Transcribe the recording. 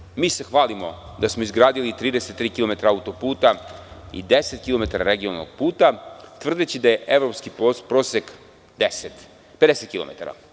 Nažalost, mi se hvalimo da smo izgradili 33 km auto-puta i 10 km regionalnog puta, tvrdeći da je evropski prosek 50 km.